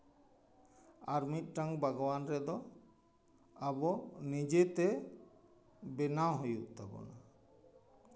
ᱟᱨ ᱢᱤᱫᱴᱮᱱ ᱵᱟᱜᱽᱣᱟᱱ ᱨᱮᱫᱚ ᱟᱵᱚ ᱱᱤᱡᱮᱛᱮ ᱵᱮᱱᱟᱣ ᱦᱩᱭᱩᱜ ᱛᱟᱵᱚᱱᱟ